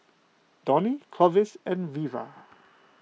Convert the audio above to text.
Donie Clovis and Reva